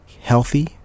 healthy